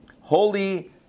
holy